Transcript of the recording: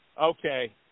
Okay